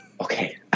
Okay